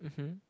uh !huh!